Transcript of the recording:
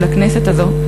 ולכנסת הזאת,